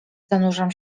zanurzam